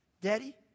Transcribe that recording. Daddy